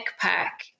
pack